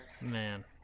Man